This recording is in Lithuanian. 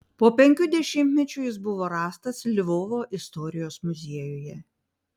po penkių dešimtmečių jis buvo rastas lvovo istorijos muziejuje